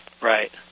Right